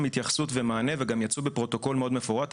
התייחסות ומענה וגם יצאו בפרוטוקול מאוד מפורט.